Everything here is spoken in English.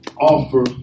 offer